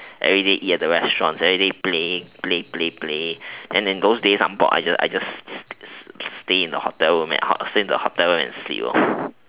everyday eat at the restaurants everyday play play stay then in those days that I am bored I just stay in the hotel room and sleep